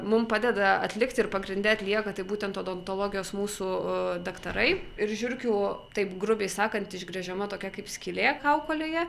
mum padeda atlikti ir pagrinde atlieka tai būtent odontologijos mūsų daktarai ir žiurkių taip grubiai sakant išgręžiama tokia kaip skylė kaukolėje